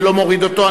אני לא מוריד אותו,